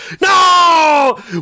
no